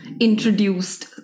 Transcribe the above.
introduced